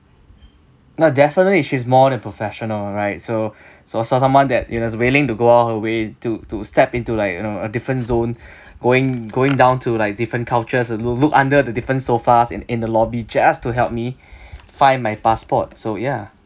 no definitely she is more than professional right so so saw someone that you know is willing to go all her way to to step into like you know a different zone going going down to like different cultures loo~ look under the different sofas in in the lobby just to help me find my passport so ya